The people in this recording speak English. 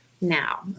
now